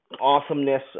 awesomeness